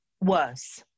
worse